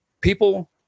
People